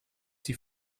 die